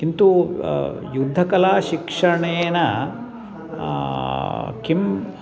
किन्तु युद्धकलाशिक्षणेन किम्